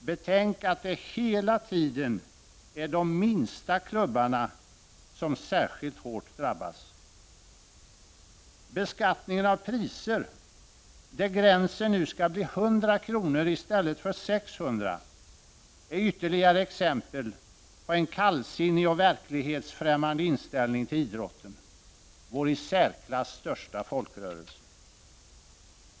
Betänk att det hela tiden är de minsta klubbarna som drabbas särskilt hårt. Beskattningen av priser, där gränsen nu skall bli 100 kr. i stället för 600 kr. , är ytterligare exempel på en kallsinnig och verklighetsfrämmande inställning till idrotten, vår i särklass största folkrörelse.